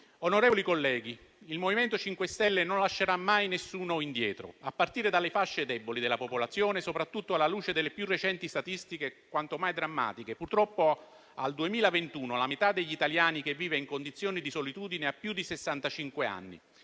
Onorevoli colleghi, il MoVimento 5 Stelle non lascerà mai nessuno indietro, a partire dalle fasce deboli della popolazione, soprattutto alla luce delle più recenti statistiche, quanto mai drammatiche. Purtroppo, al 2021, la metà degli italiani che vive in condizioni di solitudine ha più di